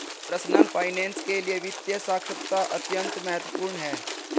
personal finance के लिए वित्तीय साक्षरता अत्यंत महत्वपूर्ण है